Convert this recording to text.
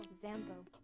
Zambo